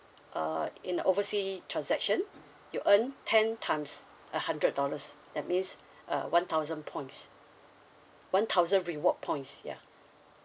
uh in overseas transaction you earn ten times a hundred dollars that means uh one thousand points one thousand reward points ya